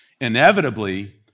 Inevitably